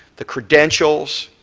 the credentials,